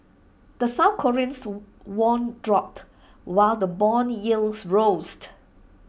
the south Korean won dropped while the Bond yields